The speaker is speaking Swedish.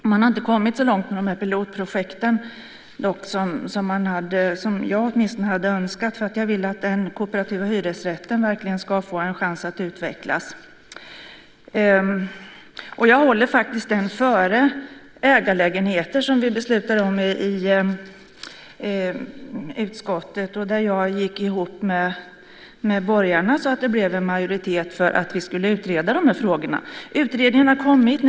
Man har dock inte kommit så långt som åtminstone jag hade önskat med de här pilotprojekten. Jag vill att den kooperativa hyresrätten verkligen ska få en chans att utvecklas. Jag håller faktiskt den formen före ägarlägenheter, som vi beslutade om i utskottet. Jag gick ju ihop med borgarna så att det blev en majoritet för att vi skulle utreda de här frågorna. Utredningen har kommit.